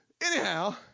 Anyhow